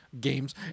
games